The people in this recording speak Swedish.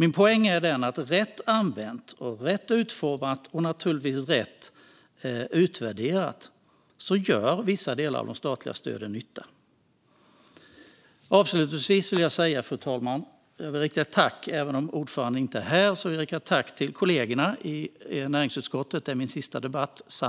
Min poäng är att rätt använda, rätt utformade och rätt utvärderade gör vissa av de statliga stöden nytta. Fru talman! Avslutningsvis vill jag rikta ett tack till kollegorna i näringsutskottet eftersom det här är min sista debatt